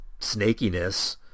snakiness